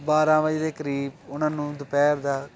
ਬਾਰ੍ਹਾਂ ਵਜੇ ਦੇ ਕਰੀਬ ਉਹਨਾਂ ਨੂੰ ਦੁਪਹਿਰ ਦਾ